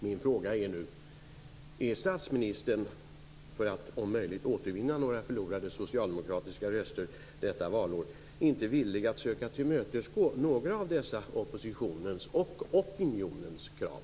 Min fråga är nu: Är statsministern, för att om möjligt återvinna några förlorade socialdemokratiska röster detta valår, inte villig att söka tillmötesgå några av dessa oppositionens och opinionens krav?